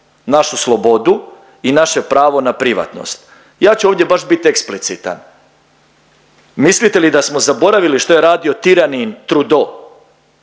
našu slobodu i naše pravo na privatnost. Ja ću ovdje baš bit eksplicitan, mislite li da smo zaboravili što je radio tiranin Trudeau